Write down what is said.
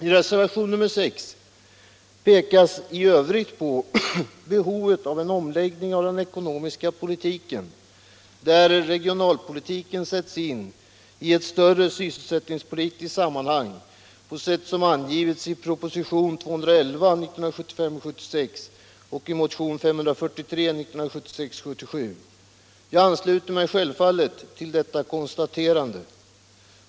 I reservation nr 6 pekas i övrigt på behovet av en omläggning av den ekonomiska politiken, där regionalpolitiken sätts in i ett större sysselsättningspolitiskt sammanhang på sätt som angivits i propositionen 1975 77:543. Jag ansluter mig självfallet till detta konstaterande.